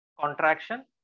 contraction